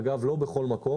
אגב, לא בכל מקום.